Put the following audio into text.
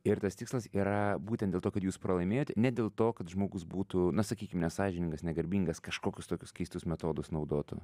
ir tas tikslas yra būtent dėl to kad jūs pralaimėjot ne dėl to kad žmogus būtų na sakykim nesąžiningas negarbingas kažkokius tokius keistus metodus naudotų